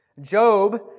Job